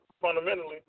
fundamentally